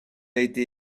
été